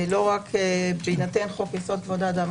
לא רק בהינתן חוק יסוד: כבוד האדם